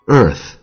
earth